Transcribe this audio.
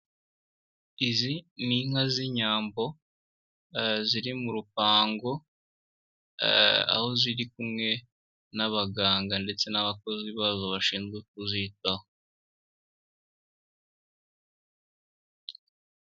Izi ni inka z'Inyambo ziri mu rupango aho ziri kumwe n'abaganga ndetse n'abakozi bazo bashinzwe kuzitaho.